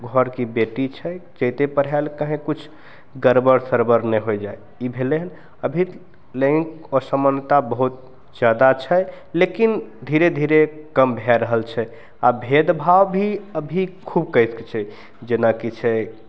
घरके ई बेटी छै जेतय पढय लए कहीं किछु गड़बड़ सड़बड़ नहि होइ जाइ ई भेलय हन अभी लैंगिक असमानता बहुत जादा छै लेकिन धीरे धीरे कम भए रहल छै आओर भेदभाव भी अभी खूब कसिकऽ छै जेनाकि छै